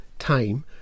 time